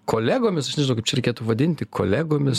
kolegomis aš nežinau kaip čia reikėtų vadinti kolegomis